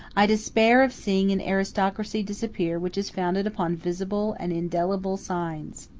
i despair of seeing an aristocracy disappear which is founded upon visible and indelible signs.